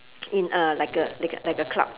in a like a like a like a club